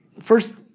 first